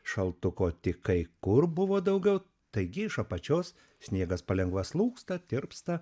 šaltuko tik kai kur buvo daugiau taigi iš apačios sniegas palengva slūgsta tirpsta